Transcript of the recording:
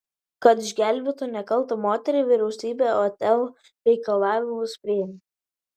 kad išgelbėtų nekaltą moterį vyriausybė otelo reikalavimus priėmė